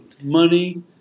money